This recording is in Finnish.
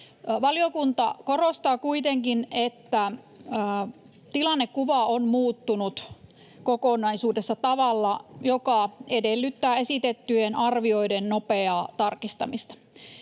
Valiokunta korostaa kuitenkin, että tilannekuva on muuttunut kokonaisuudessa tavalla, joka edellyttää esitettyjen arvioiden nopeaa tarkistamista.